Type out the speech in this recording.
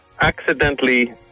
accidentally